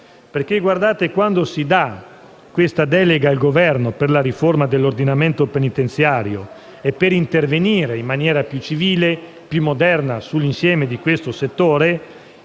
legge. Quando si dà questa delega al Governo per la riforma dell'ordinamento penitenziario e per intervenire in maniera più civile e più moderna sull'insieme di questo settore,